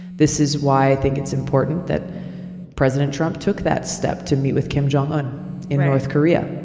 this is why i think it's important that president trump took that step to meet with kim jong un in north korea,